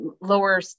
lower